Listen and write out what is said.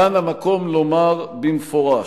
כאן המקום לומר במפורש,